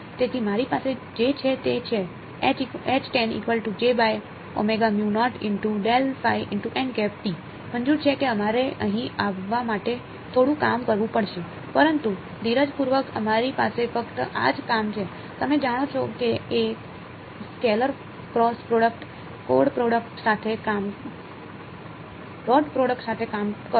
તેથી મારી પાસે જે છે તે છે મંજૂર છે કે અમારે અહીં આવવા માટે થોડું કામ કરવું પડશે પરંતુ ધીરજપૂર્વક અમારી પાસે ફક્ત આ જ કામ છે તમે જાણો છો કે scalar cross product dot product સાથે કામ કરો